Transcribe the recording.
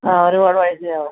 ആ ഒരുപാട് പൈസയാകും